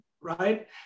right